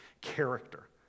character